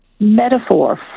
Metaphor